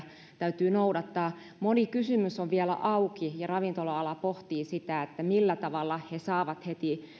täytyy noudattaa moni kysymys on vielä auki ja ravintola ala pohtii sitä millä tavalla he saavat heti